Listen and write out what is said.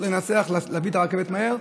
להביא את הרכבת מהר,